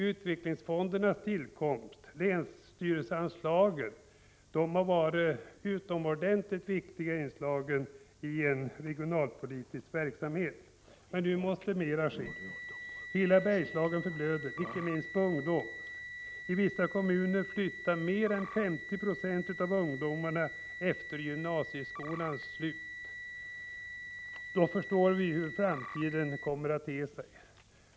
Utvecklingsfondernas tillkomst och länsstyrelseanslagen har varit utomordentligt viktiga inslag i en regionalpolitisk verksamhet. Men nu måste mer ske. Hela Bergslagen förblöder — inte minst på ungdom. I vissa kommuner flyttar mer än 50 96 av ungdomarna efter gymnasieskolans slut. Då förstår vi hur framtiden kommer att te sig.